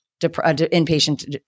inpatient